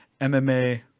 MMA